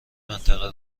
منطقه